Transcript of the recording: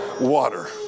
Water